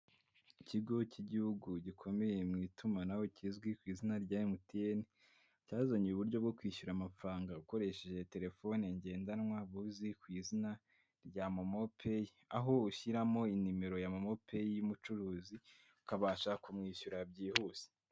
Ikigo cy'igihugu gikomeye mu itumanaho kizwi ku izina rya MTN, cyazanye uburyo bwo kwishyura amafaranga ukoresheje terefone ngendanwa buzwi ku izina rya momo peyi, aho ushyiramo nimero ya momo peyi y'umucuruzi ukabasha kumwishyura byihuse.